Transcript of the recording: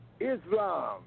Islam